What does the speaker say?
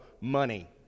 money